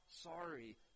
sorry